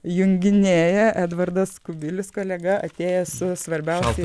junginėja edvardas kubilius kolega atėjęs su svarbiausiais